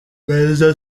perezida